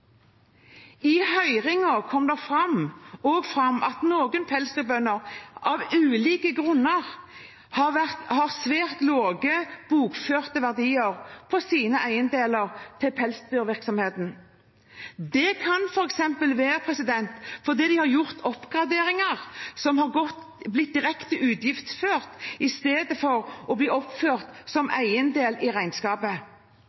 I høringen kom det også fram at noen pelsdyrbønder av ulike grunner har svært lave bokførte verdier på sine eiendeler til pelsdyrvirksomhet. Det kan f.eks. være fordi de har gjort oppgraderinger som har blitt direkte utgiftsført i stedet for å bli oppført som